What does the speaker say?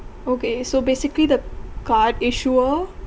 okay so basically the card issuer